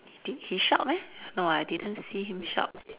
did he shout meh no I didn't see him shout